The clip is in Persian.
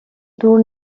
دور